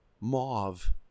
mauve